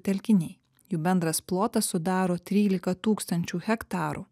telkiniai jų bendras plotas sudaro trylika tūkstančių hektarų